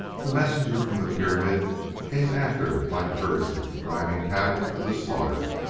the messenger from the pyramid came after like a herdsman driving cattle to the slaughter.